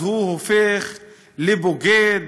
אז הוא הופך לבוגד,